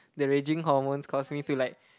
the raging hormones cause me to like